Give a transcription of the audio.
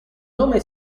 nome